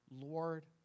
Lord